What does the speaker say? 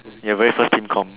ya very first team com